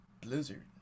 Blizzard